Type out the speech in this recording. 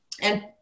And-